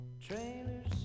Trailers